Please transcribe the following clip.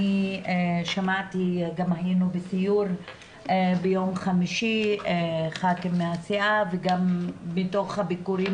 אני שמעתי וגם היינו בסיור ביום חמישי עם ח"כים מהסיעה וגם בביקורים